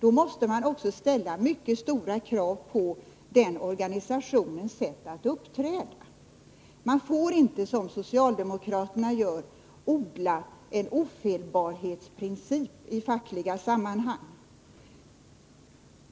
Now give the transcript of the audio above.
Då måste det också ställas mycket stora krav på den organisationens sätt att uppträda. Man får inte, som socialdemokraterna gör, odla en ofelbarhetens princip i fackliga sammanhang.